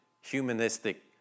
humanistic